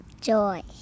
joy